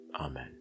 Amen